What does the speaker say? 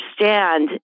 understand